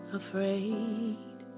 afraid